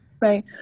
right